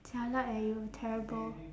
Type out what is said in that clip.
jialat eh you terrible